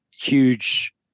huge